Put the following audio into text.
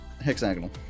Hexagonal